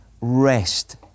Rest